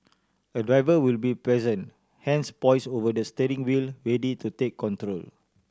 a driver will be present hands poised over the steering wheel ready to take control